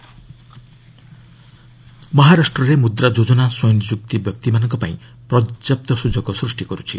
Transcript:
ମହାମୁଦ୍ରା ଯୋଜନା ମହାରାଷ୍ଟ୍ରରେ ମୁଦ୍ରା ଯୋଜନା ସ୍ୱୟଂ ନିଯୁକ୍ତ ବ୍ୟକ୍ତିମାନଙ୍କ ପାଇଁ ପର୍ଯ୍ୟାପ୍ତ ସୁଯୋଗ ସୃଷ୍ଟି କରୁଛି